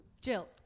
Jill